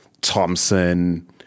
Thompson